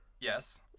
yes